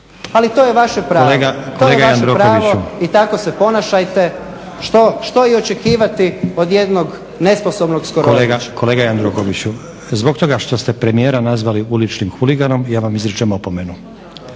ali to je vaše pravo i tako se ponašajte, što je i očekivati od jednog nesposobnog skorojevića. **Stazić, Nenad (SDP)** Kolega Jandrokoviću, zbog toga što ste premijera nazvali uličnim huliganom, ja vam izričem opomenu.